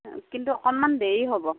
কিন্তু অকণমান দেৰি হ'ব